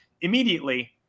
immediately